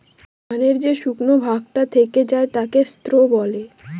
ধানের যে শুকনা ভাগটা থেকে যায় সেটাকে স্ত্র বলে